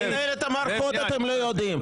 לנהל את המערכות אתם לא יודעים.